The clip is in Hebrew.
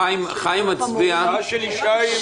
אם הבנתי אתכם נכון, ההצעה אומרת שאני כן נותן.